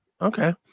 Okay